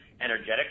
energetic